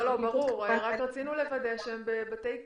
ברור, רק רצינו לוודא שהם בבתי מעצר.